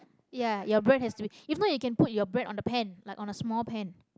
ya your bread has to be if not you can put your bread on a pan like on a small pan